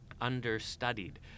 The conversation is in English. understudied